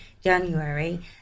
January